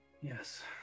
Yes